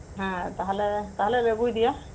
ᱦᱮᱸ ᱛᱟᱦᱚᱞᱮ ᱛᱟᱦᱚᱞᱮ ᱟᱹᱜᱩᱭᱮᱫᱮᱭᱟ